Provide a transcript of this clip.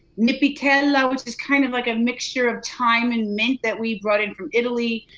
nippy teela, which is kind of like a mixture of time and mint that we brought in from italy.